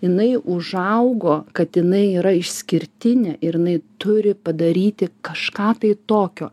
jinai užaugo kad jinai yra išskirtinė ir jinai turi padaryti kažką tai tokio